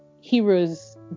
heroes